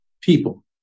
people